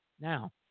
Now